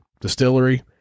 distillery